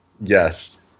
yes